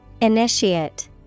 Initiate